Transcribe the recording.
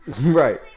Right